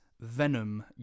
Venom